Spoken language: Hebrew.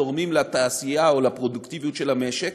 תורמים לתעשייה או לפרודוקטיביות של המשק,